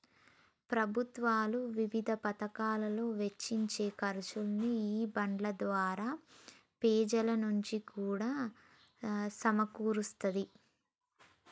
ప్రభుత్వాలు వివిధ పతకాలలో వెచ్చించే ఖర్చుని ఈ బాండ్ల ద్వారా పెజల నుంచి కూడా సమీకరిస్తాది